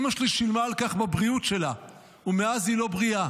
אימא שלי שילמה על כך בבריאות שלה ומאז היא לא בריאה.